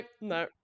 no